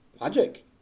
Magic